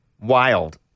Wild